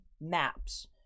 maps